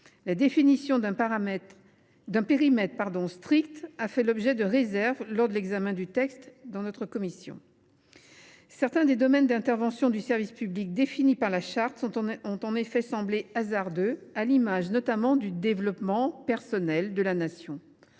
La définition d’un périmètre strict a fait l’objet de réserves lors de l’examen du texte en commission. Certains des domaines d’intervention du service public définis par la charte ont semblé hasardeux, à l’image notamment du « développement personnel » de la Nation.